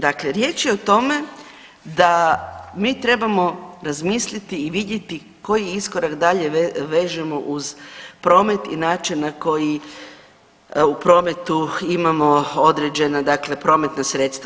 Dakle, riječ je o tome da mi trebamo razmisliti i vidjeti koji iskorak dalje vežemo uz promet i način na koji u prometu imamo određena dakle prometna sredstva.